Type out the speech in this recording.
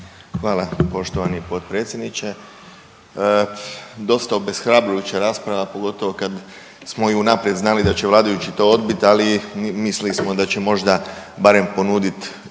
Hvala poštovani potpredsjedniče. Dosta obeshrabrujuća rasprava, pogotovo i kad smo unaprijed znali da će vladajući to odbit, ali mislili smo da će možda barem ponudit